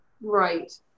Right